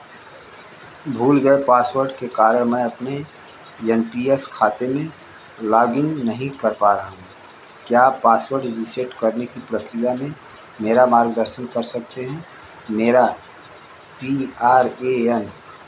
भूल गए पासवर्ड के कारण मैं अपने एन पी एस खाते में लॉगिन नहीं कर पा रहा हूँ क्या आप पासवर्ड रिसेट करने की प्रक्रिया में मेरा मार्गदर्शन कर सकते हैं मेरा पी आर ए एन